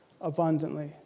abundantly